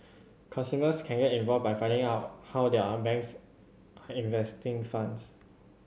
consumers can get involved by finding out how their banks investing funds